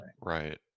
Right